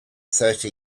thirty